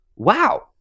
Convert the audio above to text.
wow